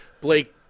Blake